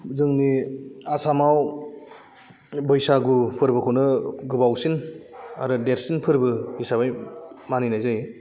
जोंनि आसामाव बैसागु फोरबोखौनो गोबावसिन आरो देरसिन फोरबो हिसाबै मानिनाय जायो